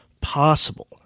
possible